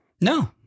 No